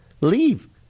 Leave